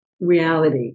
reality